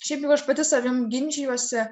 šiaip jau aš pati savim ginčijuosi